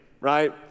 right